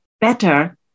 better